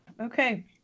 Okay